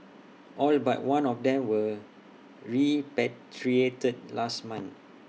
all but one of them were repatriated last month